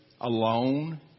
alone